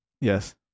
Yes